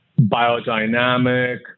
biodynamic